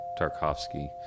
Tarkovsky